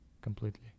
completely